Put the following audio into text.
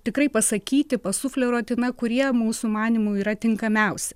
tikrai pasakyti pasufleruoti na kurie mūsų manymu yra tinkamiausi